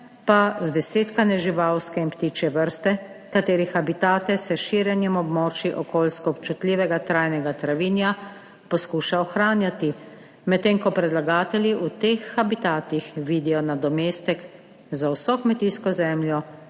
pa zdesetkane živalske in ptičje vrste, katerih habitate se s širjenjem območij okoljsko občutljivega trajnega travinja poskuša ohranjati, medtem ko predlagatelji v teh habitatih vidijo nadomestek za vso kmetijsko zemljo,